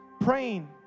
praying